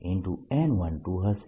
n12 હશે